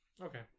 Okay